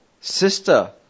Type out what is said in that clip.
sister